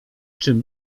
czym